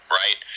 right